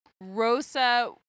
Rosa